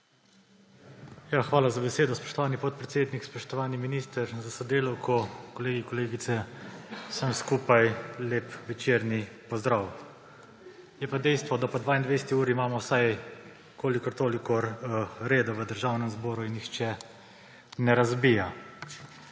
Hvala za besedo, spoštovani podpredsednik. Spoštovani minister, s sodelavko, kolegi, kolegice, vsem skupaj lep večerni pozdrav! Je pa dejstvo, da po 22. uri imamo vsaj kolikor toliko reda v Državnem zboru in nihče ne razbija.